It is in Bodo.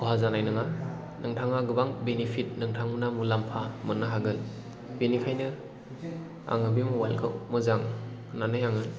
खहा जानाय नङा नोंथाङा गोबां बेनिफिट नोंथांमोना मुलाम्फा मोननो हागोन बेनिखायनो आङो बे मबाइल खौ मोजां होननानै आङो